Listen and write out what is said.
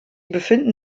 befinden